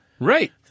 Right